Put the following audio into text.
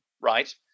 right